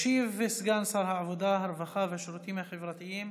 ישיב סגן שר העבודה, הרווחה והשירותים החברתיים